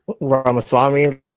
Ramaswamy